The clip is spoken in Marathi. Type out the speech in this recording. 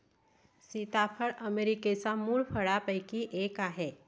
सीताफळ अमेरिकेच्या मूळ फळांपैकी एक आहे